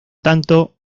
tanto